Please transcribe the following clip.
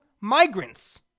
migrants